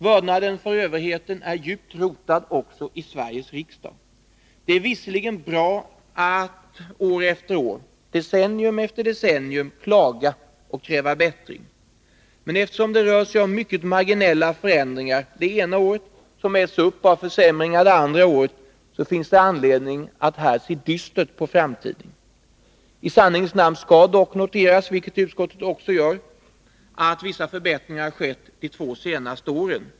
Vördnaden för överheten är djupt rotad också i Sveriges riksdag. Det är visserligen bra att år efter år, decennium efter decennium klaga och kräva bättring. Men eftersom det rör sig om mycket marginella förbättringar det ena året, som äts upp av försämringar det andra året, finns det anledning att se dystert på framtiden. I sanningens namn skall dock noteras, vilket utskottet också gör, att vissa förbättringar har skett under de två senaste åren.